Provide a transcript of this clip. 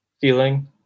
feeling